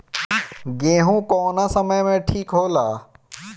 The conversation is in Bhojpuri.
गेहू कौना समय मे ठिक होला?